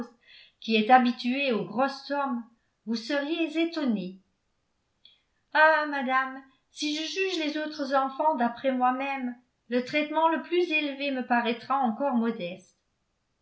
qui êtes habituée aux grosses sommes vous seriez étonnée ah madame si je juge les autres enfants d'après moi-même le traitement le plus élevé me paraîtra encore modeste